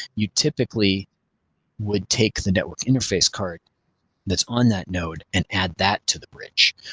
you typically would take the network interface card that's on that node and add that to the bridge.